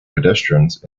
pedestrians